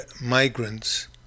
migrants